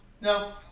No